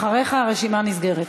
אחריך הרשימה נסגרת.